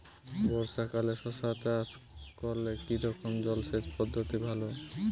বর্ষাকালে শশা চাষ করলে কি রকম জলসেচ পদ্ধতি ভালো?